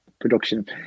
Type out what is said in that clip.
production